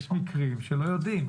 יש מקרים שלא יודעים.